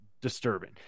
disturbing